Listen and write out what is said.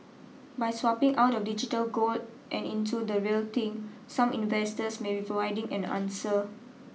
by swapping out of digital gold and into the real thing some investors may be providing an answer